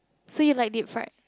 so you like deep fried